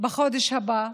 בחודש הבא,